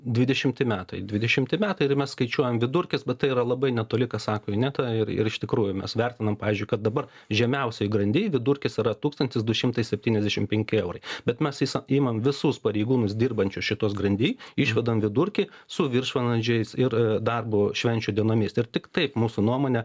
dvidešimti metai dvidešimti metai ir mes skaičiuojam vidurkis bet tai yra labai netoli ką sako ineta ir ir iš tikrųjų mes vertinam pavyzdžiui kad dabar žemiausioj grandy vidurkis yra tūkstantis du šimtai septyniasdešim penki eurai bet mes isa imam visus pareigūnus dirbančius šituos grandy išvedam vidurkį su viršvalandžiais ir darbu švenčių dienomis ir tik taip mūsų nuomone